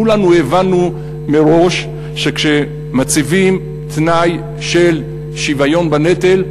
כולנו הבנו מראש שכשמציבים תנאי של שוויון בנטל,